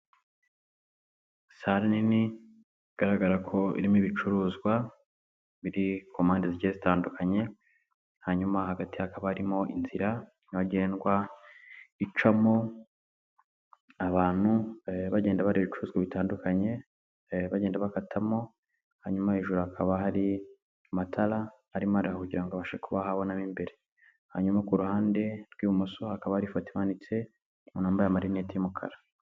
Sale nini ,bigaragara ko irimo ibicuruzwa, biri ku mpande zigiye zitandukanye ,hanyuma hagati hakaba harimo inzira, yabagendwa ,icamo abantu bagenda bareba ibicuruzwa bitandukanye, bagenda bakatamo ,hanyuma hejuru hakaba hari amatara ,arimo araka kugirango abashe kugirango habashe kuba habona mw'imbere ,hanyuma ku ruhande rw'ibumoso hakaba hari ifoto imanitse umuntu wambaye amarinete y'umukara.